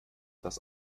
das